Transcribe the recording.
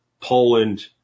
Poland